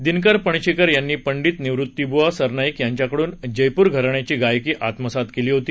दिनकर पणशीकर यांनी पंडित निवृत्तीबुवा सरनाईक यांच्याकडून जयपूर घराण्याची गायकी आत्मसात केली होती